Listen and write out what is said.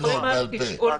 הלאה.